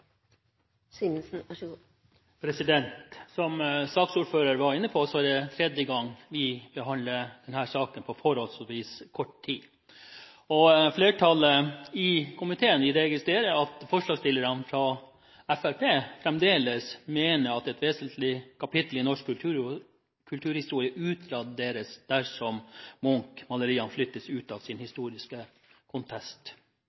det tredje gang vi behandler denne saken på forholdsvis kort tid. Flertallet i komiteen registrerer at forslagsstillerne fra Fremskrittspartiet fremdeles mener at et vesentlig kapittel i norsk kulturhistorie utraderes dersom Munch-maleriene flyttes ut av sin